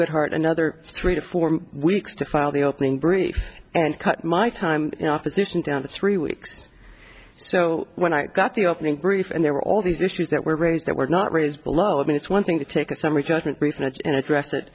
goodheart another three to four weeks to file the opening brief and cut my time opposition down to three weeks so when i got the opening brief and there were all these issues that were raised that were not raised below i mean it's one thing to take a summary judgment brief and and